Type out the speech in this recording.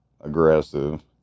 aggressive